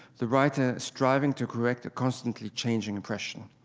the writer striving to correct a constantly-changing impression.